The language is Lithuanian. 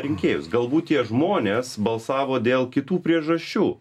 rinkėjus galbūt tie žmonės balsavo dėl kitų priežasčių